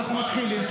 אנחנו מתחילים.